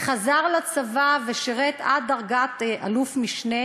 חזר לצבא ושירת עד דרגת אלוף-משנה,